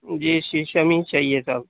جی شیشم ہی چاہیے تھا